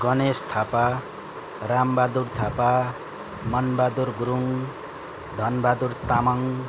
Ganesh Thapa Rambahadur Thapa Manbahadur Gurung Dhanbahadur Tamang